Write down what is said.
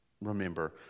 remember